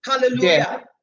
Hallelujah